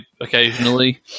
occasionally